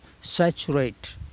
saturate